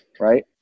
right